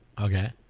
Okay